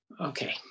okay